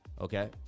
okay